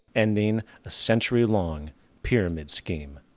ending a century long pyramid scheme.